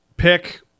Pick